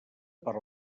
per